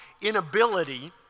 inability